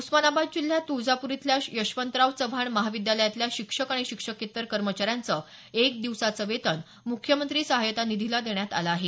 उस्मानाबाद जिल्ह्यात तुळजापूर इथल्या यशवंतराव चव्हाण महाविद्यालयातल्या शिक्षक आणि शिक्षकेतर कर्मचाऱ्यांचं एक दिवसाचं वेतन मुख्यमंत्री सहायता निधीला देण्यात आलं आहे